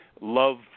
love